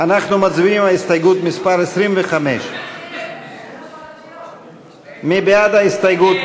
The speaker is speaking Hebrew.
אנחנו מצביעים על הסתייגות מס' 25. מי בעד ההסתייגות?